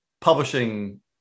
publishing